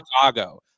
Chicago